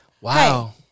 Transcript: wow